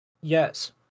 Yes